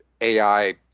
AI